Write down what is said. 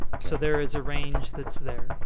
so there is a range that's there.